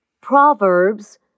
Proverbs